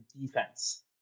defense